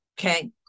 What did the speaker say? okay